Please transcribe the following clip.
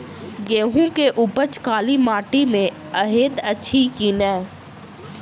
गेंहूँ केँ उपज काली माटि मे हएत अछि की नै?